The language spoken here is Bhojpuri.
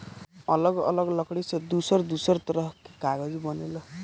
अलग अलग लकड़ी से दूसर दूसर तरह के कागज बनेला